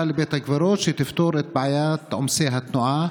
לבית הקברות שתפתור את בעיית עומסי התנועה?